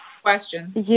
questions